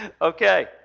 Okay